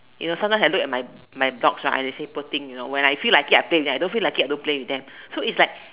you know sometimes I look at my my dogs right I say poor thing you know when I feel like it I play with them when I don't feel like it I don't play with them so it's like